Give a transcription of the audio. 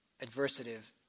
adversative